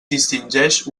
distingeix